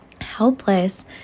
helpless